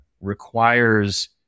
requires